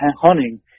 hunting